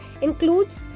includes